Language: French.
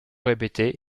répétés